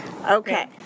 Okay